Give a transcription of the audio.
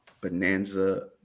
Bonanza